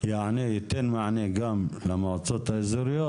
ייתן מענה גם למועצות האזוריות,